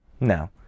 No